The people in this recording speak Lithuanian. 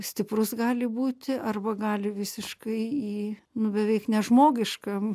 stiprus gali būti arba gali visiškai jį nu beveik nežmogiškam